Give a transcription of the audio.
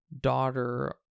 daughter